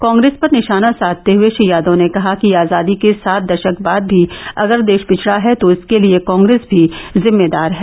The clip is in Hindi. कॉग्रेस पर निषाना साधते हुये श्री यादव ने कहा कि आजादी के सात दषक बाद भी अगर देष पिछड़ा है तो इसके लिये कॉग्रेस भी जिम्मेदार है